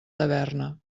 taverna